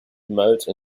promote